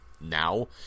now